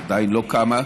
עדיין לא קמה,